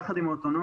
יחד עם האוטונומיה,